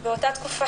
באותה תקופה,